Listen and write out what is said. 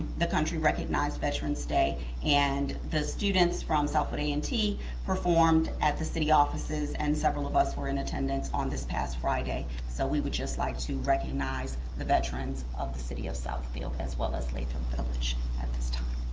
the country recognized veterans day and the students from southfield a and t performed at the city offices, and several of us were in attendance on this past friday. so we would just like to recognize the veterans of the city of southfield as well as lathrup village at this time.